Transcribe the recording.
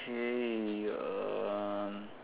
okay uh